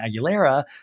aguilera